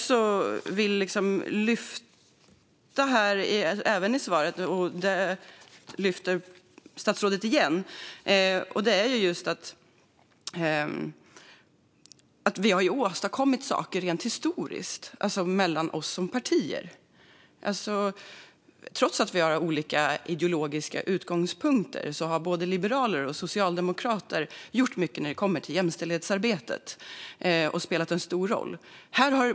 Som statsrådet var inne på har våra partier åstadkommit saker historiskt. Trots att vi har olika ideologiska utgångspunkter har både liberaler och socialdemokrater gjort mycket när det gäller jämställdhetsarbetet och spelat en stor roll.